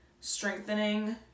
strengthening